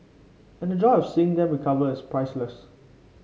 and the joy of seeing them recover is priceless